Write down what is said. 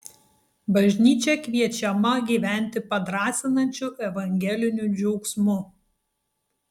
bažnyčia kviečiama gyventi padrąsinančiu evangeliniu džiaugsmu